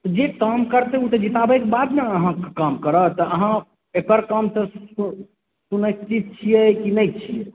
जे काम करतै ओ तऽ जिताबै के बाद ने अहाँके काम करत तऽ अहाँ एकर काम सँ सुनिश्चित छियै की नहि छियै